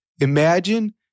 Imagine